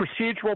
procedural